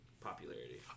popularity